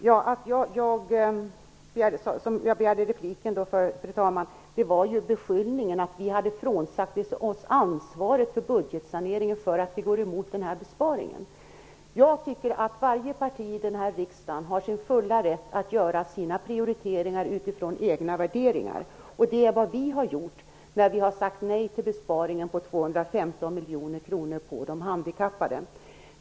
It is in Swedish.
Fru talman! Jag begärde ju repliken på grund av beskyllningen att vi hade frånsagt oss ansvaret för budgetsaneringen i och med att vi hade gått emot denna besparing. Jag tycker att varje parti i riksdagen är i sin fulla rätt att göra sina prioriteringar utifrån egna värderingar. Det är vad vi har gjort när vi har sagt nej till den besparing på 215 miljoner kronor som skulle drabba de handikappade.